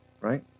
right